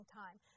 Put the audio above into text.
time